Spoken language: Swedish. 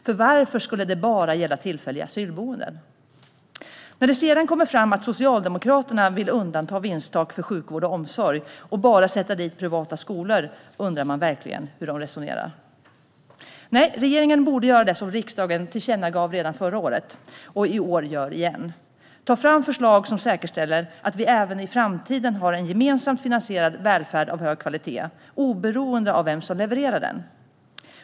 För varför skulle det bara gälla tillfälliga asylboenden? När det sedan kommer fram att Socialdemokraterna vill undanta vinsttak för sjukvård och omsorg och bara sätta dit privata skolor undrar man verkligen hur de resonerar. Nej, regeringen borde göra det som riksdagen tillkännagav redan förra året och i år igen, nämligen ta fram förslag som säkerställer att vi även i framtiden har en gemensamt finansierad välfärd av hög kvalitet, oberoende av vem som levererar den.